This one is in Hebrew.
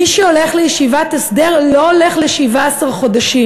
מי שהולך לישיבת הסדר לא הולך ל-17 חודשים,